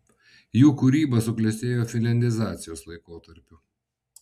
jų kūryba suklestėjo finliandizacijos laikotarpiu